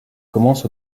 commence